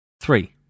Three